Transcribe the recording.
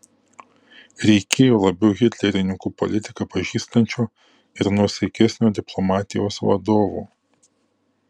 reikėjo labiau hitlerininkų politiką pažįstančio ir nuosaikesnio diplomatijos vadovo